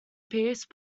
piece